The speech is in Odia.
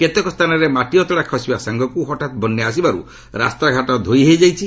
କେତେକ ସ୍ଥାନରେ ମାଟି ଅତଡ଼ା ଖସିବା ସାଙ୍ଗକୁ ହଠାତ୍ ବନ୍ୟା ଆସିବାରୁ ରାସ୍ତାଘାଟ ଖରାପ ହୋଇଯାଇଛି